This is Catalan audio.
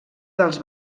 dels